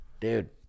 Dude